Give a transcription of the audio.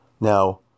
Now